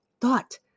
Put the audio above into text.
thought